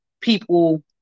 people